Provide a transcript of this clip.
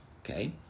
okay